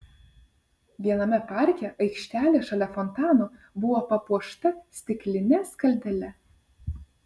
viename parke aikštelė šalia fontano buvo papuošta stikline skaldele